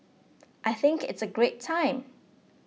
I think it's a great time